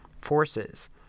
forces